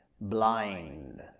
blind